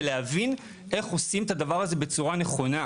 ולהבין איך עושים את הדבר הזה בצורה נכונה.